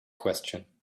question